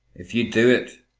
if you do it,